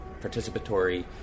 participatory